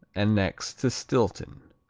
and next to stilton.